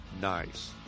nice